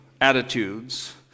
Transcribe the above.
attitudes